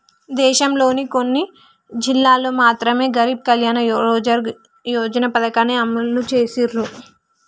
దేశంలోని కొన్ని జిల్లాల్లో మాత్రమె గరీబ్ కళ్యాణ్ రోజ్గార్ యోజన పథకాన్ని అమలు చేసిర్రు